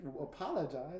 apologize